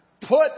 put